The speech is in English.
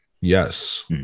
yes